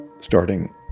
starting